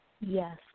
Yes